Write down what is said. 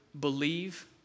believe